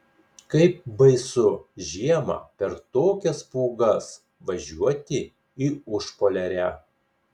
kaip baisu žiemą per tokias pūgas važiuoti į užpoliarę